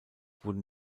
wurden